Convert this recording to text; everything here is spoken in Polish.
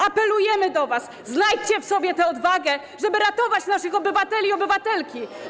Apelujemy do was: Znajdźcie w sobie tę odwagę, żeby ratować naszych obywateli i obywatelki.